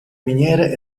miniere